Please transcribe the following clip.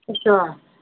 अच्छा